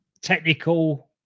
technical